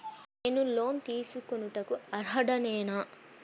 నేను లోన్ తీసుకొనుటకు అర్హుడనేన?